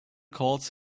calls